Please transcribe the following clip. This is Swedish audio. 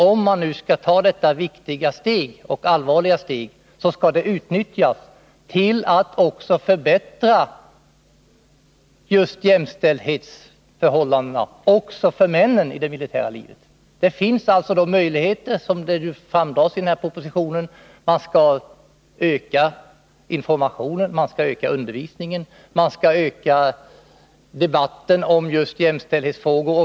Om man nu skall ta detta viktiga och allvarliga steg, så skall det utnyttjas till att förbättra jämställdhetsförhållandena också för männen i det militära livet. Det finns alltså de möjligheter som även angavs i propositionen. Man skall öka informationen, öka undervisningen, öka debatten om just jämställdhetsfrågor.